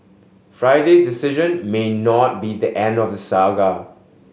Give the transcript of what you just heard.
Friday's decision may not be the end of the saga